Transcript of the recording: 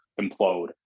implode